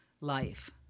life